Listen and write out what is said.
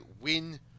win